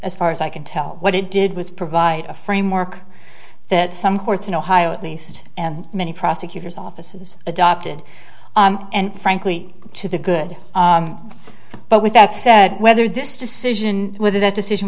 as far as i can tell what it did was provide a framework that some courts in ohio at least and many prosecutors offices adopted and frankly to the good but with that said whether this decision whether that decision